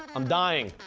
i'm dying,